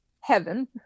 heaven